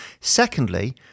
Secondly